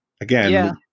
Again